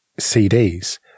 CDs